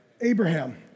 Abraham